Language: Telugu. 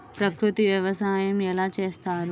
ప్రకృతి వ్యవసాయం ఎలా చేస్తారు?